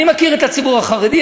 אני מכיר את הציבור החרדי,